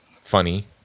funny